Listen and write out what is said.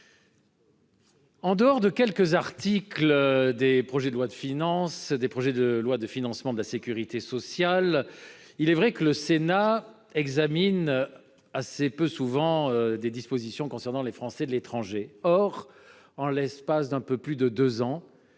Hormis quelques articles des lois de finance et de financement de la sécurité sociale, il est vrai que le Sénat examine assez peu souvent des dispositions relatives aux Français de l'étranger. Or, en l'espace d'un peu plus de deux ans,